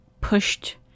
pushed